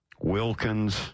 Wilkins